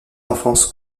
enfance